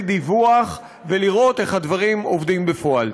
דיווח ולראות איך הדברים עובדים בפועל.